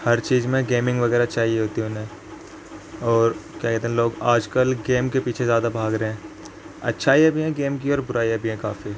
ہر چیز میں گیمنگ وغیرہ چاہیے ہوتی ہے انہیں اور کیا کہتے ہیں لوگ آج کل گیم کے پیچھے زیادہ بھاگ رہے ہیں اچھائیاں بھی ہیں گیم کی اور برائیاں بھی ہیں کافی